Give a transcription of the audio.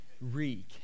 reek